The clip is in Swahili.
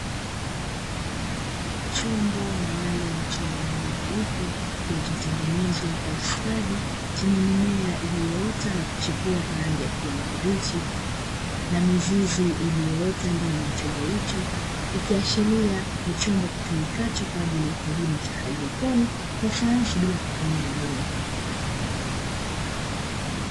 Chombo maalumu chenye rangi nyeupe kilichotengenezwa kwa ustadi, chenye mimea iliyoota na kuchipua kwa rangi ya kijani kibichi, na mizizi iliyoota ndani ya chombo hicho ikiashiria ni chombo kitumikacho kwa ajili ya kilimo cha haidroponi, ya sayansi bila kutumia udongo.